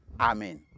Amen